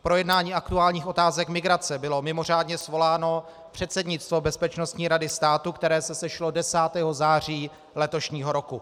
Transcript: K projednání aktuálních otázek migrace bylo mimořádně svoláno předsednictvo Bezpečnostní rady státu, které se sešlo 10. září letošního roku.